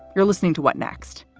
you're listening to what next?